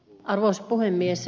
arvoisa puhemies